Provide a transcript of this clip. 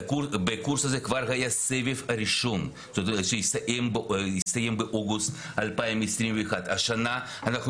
בקורס הזה כבר היה הסבב הראשון שהסתיים באוגוסט 2021. השנה אנחנו